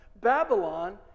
Babylon